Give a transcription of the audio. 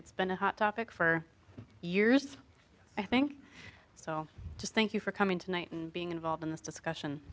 it's been a hot topic for years so i'll just thank you for coming tonight and being involved in this discussion